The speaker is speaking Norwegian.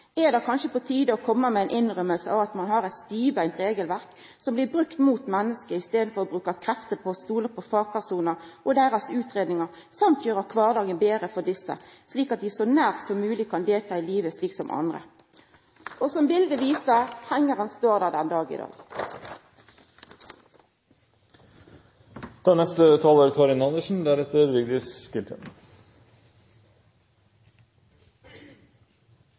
Er det kanskje på tide å koma med ei innrømming av at ein har eit stivbeint regelverk som blir brukt mot menneske? I staden burde ein bruka kreftene på å stola på fagpersonar og deira utgreiingar for å gjera kvardagen betre for desse, slik at dei så likt andre som mogleg kan delta i livet. Som biletet viser: Hengaren står der den dag i dag.